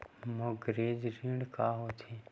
Mortgage ऋण का होथे?